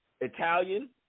Italian